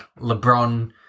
LeBron